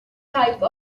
type